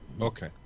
Okay